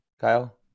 Kyle